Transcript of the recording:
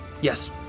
yes